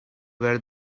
where